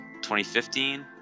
2015